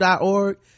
org